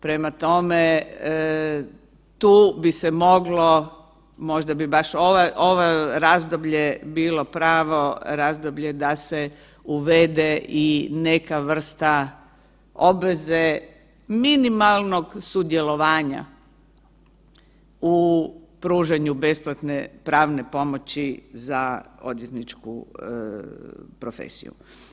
Prema tome, tu bi se moglo, možda bi baš ovo razdoblje bilo pravo razdoblje da se uvede i neka vrsta obveze minimalnog sudjelovanja u pružanju besplatne pravne pomoći za odvjetničku profesiju.